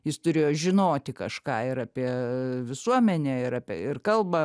jis turėjo žinoti kažką ir apie visuomenę ir apie ir kalbą